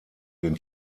den